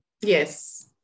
Yes